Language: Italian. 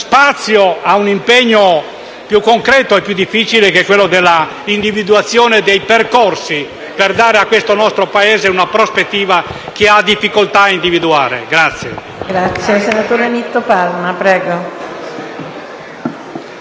spazio a un impegno più concreto e più difficile, che è quello della individuazione dei percorsi per dare a questo nostro Paese una prospettiva che ha difficoltà ad individuare.